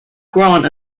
grant